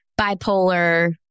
bipolar